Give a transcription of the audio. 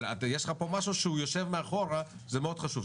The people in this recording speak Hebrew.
אבל יש לך פה משהו שהוא יושב מאחורה שהוא מאוד חשוב,